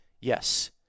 Yes